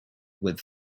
with